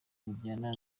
bijyanye